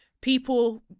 people